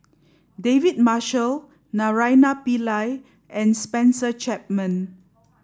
David Marshall Naraina Pillai and Spencer Chapman